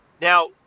now